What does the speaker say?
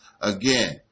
again